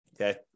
okay